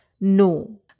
No